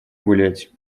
гулять